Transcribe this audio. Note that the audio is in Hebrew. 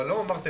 אבל לא אמרתם.